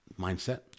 mindset